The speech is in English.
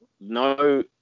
no